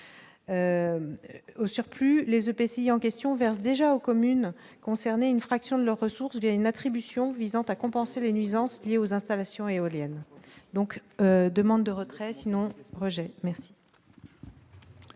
Au surplus, les OPC en question verse déjà aux communes concernées, une fraction de leurs ressources due à une attribution visant à compenser les nuisances liées aux installations éoliennes donc demande de retrait sinon merci. Merci